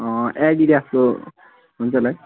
एडिडासको हुन्छ होला है